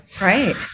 Right